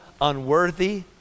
unworthy